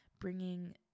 bringing